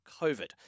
COVID